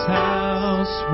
house